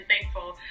thankful